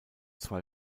zwei